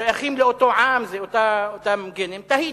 שייכים לאותו עם, אם זה אותם גנים, תהיתי.